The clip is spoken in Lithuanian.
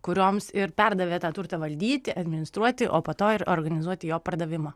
kurioms ir perdavė tą turtą valdyti administruoti o po to ir organizuoti jo pardavimą